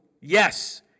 Yes